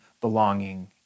belonging